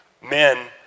men